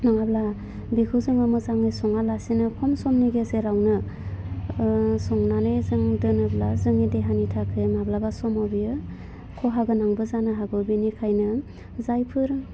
नङाब्ला बेखौ जोङो मोजाङै सङालासेनो खम समनि गेजेरावनो संनानै जों दोनोब्ला जोंनि देहानि थाखाय माब्लाबा समाव बियो खहा गोनांबो जानो हागौ बिनिखायनो जायफोर